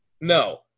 no